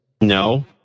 No